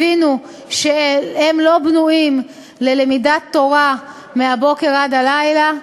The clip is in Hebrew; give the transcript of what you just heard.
הבינו שהם לא בנויים ללימוד תורה מהבוקר עד הלילה.